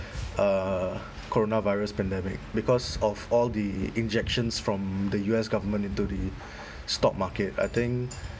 uh coronavirus pandemic because of all the injections from the U_S government into the stock market I think